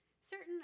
certain